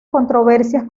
controversias